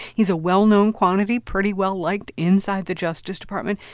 he's a well-known quantity, pretty well-liked inside the justice department,